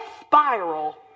spiral